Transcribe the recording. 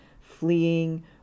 Fleeing